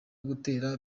gutera